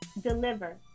deliver